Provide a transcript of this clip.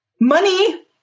Money